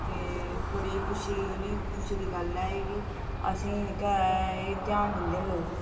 ते बड़ी खुशी कन्नै खुशी दी गल्ल ऐ एह् असेंई जेह्का ऐ ध्यान दिंदे न लोग